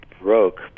broke